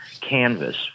canvas